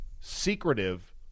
secretive